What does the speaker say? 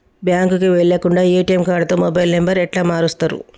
బ్యాంకుకి వెళ్లకుండా ఎ.టి.ఎమ్ కార్డుతో మొబైల్ నంబర్ ఎట్ల మారుస్తరు?